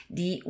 di